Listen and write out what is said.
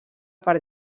per